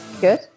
good